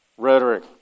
Rhetoric